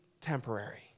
temporary